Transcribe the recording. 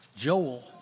Joel